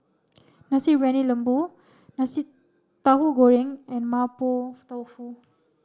Nasi Briyani Lembu Nasi Tahu Goreng and Mapo Tofu